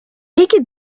peki